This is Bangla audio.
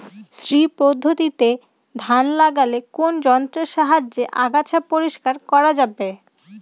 শ্রী পদ্ধতিতে ধান লাগালে কোন যন্ত্রের সাহায্যে আগাছা পরিষ্কার করা যাবে?